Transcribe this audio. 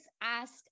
ask